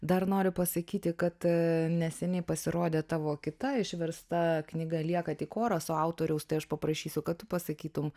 dar noriu pasakyti kad a neseniai pasirodė tavo kita išversta knyga lieka tik oras o autoriaus tai aš paprašysiu kad tu pasakytum